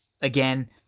Again